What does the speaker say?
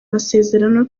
amasezerano